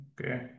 Okay